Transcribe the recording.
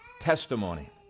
testimony